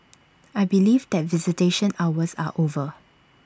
I believe that visitation hours are over